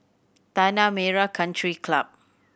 Tanah Merah Country Club